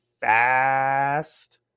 fast